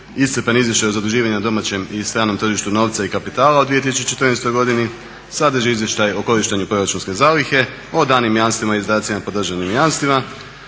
iscrpan izvještaj o zaduživanju na domaćem i stranom tržištu novca i kapitala u 2014.godini, sadrži izvještaj o korištenju proračunske zalihe, o danim jamstvima i izdacima po državnim jamstvima,